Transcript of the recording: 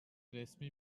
resmi